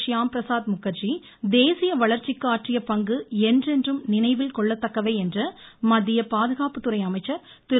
ஷ்யாம் பிரசாத் முகர்ஜி தேசிய வளர்ச்சிக்கு ஆற்றிய பங்கு என்றென்றும் நினைவில் கொள்ளத்தக்கவை என்று மத்திய பாதுகாப்பு துறை அமைச்சர் திரு